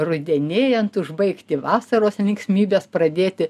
rudenėjant užbaigti vasaros linksmybes pradėti